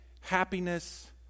happiness